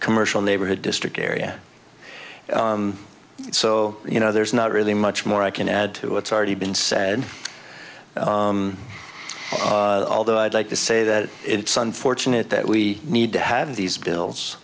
commercial neighborhood district area so you know there's not really much more i can add to what's already been said although i'd like to say that it's unfortunate that we need to have these bills